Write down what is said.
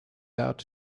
out